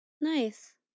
Nice